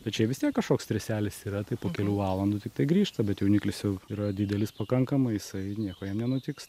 tai čia vis tiek kažkoks streselis yra tai po kelių valandų tiktai grįžta bet jauniklis jau yra didelis pakankamai jisai nieko jam nenutiks